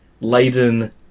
laden